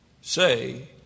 say